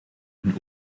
een